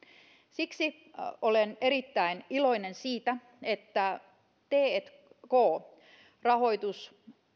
siksi olen erittäin iloinen siitä että tk rahoitus